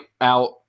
out